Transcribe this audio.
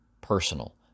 personal